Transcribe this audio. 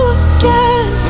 again